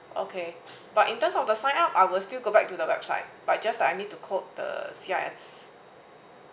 okay but in terms of the sign up I will still go back to the website but just that I need to quote the C_I_S